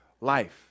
life